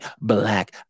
black